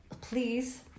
please